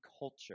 culture